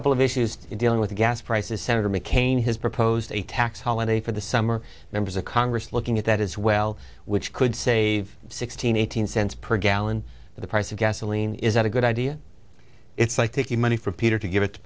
in dealing with the gas prices senator mccain has proposed a tax holiday for the summer members of congress looking at that as well which could save sixteen eighteen cents per gallon for the price of gasoline is that a good idea it's like taking money from peter to give it to